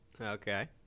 Okay